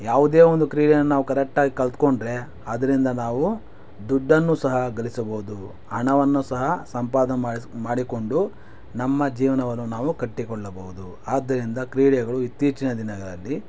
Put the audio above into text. ಯಾವುದೇ ಒಂದು ಕ್ರೀಡೆಯನ್ನು ನಾವು ಕರೆಕ್ಟಾಗಿ ಕಲಿತುಕೊಂಡ್ರೆ ಅದರಿಂದ ನಾವು ದುಡ್ಡನ್ನು ಸಹ ಗಳಿಸಬಹುದು ಹಣವನ್ನು ಸಹ ಸಂಪಾದನೆ ಮಾಡಿಸಿ ಮಾಡಿಕೊಂಡು ನಮ್ಮ ಜೀವನವನ್ನು ನಾವು ಕಟ್ಟಿಕೊಳ್ಳಬಹುದು ಆದ್ದರಿಂದ ಕ್ರೀಡೆಗಳು ಇತ್ತೀಚಿನ ದಿನಗಳಲ್ಲಿ